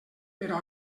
però